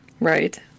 Right